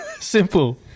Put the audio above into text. Simple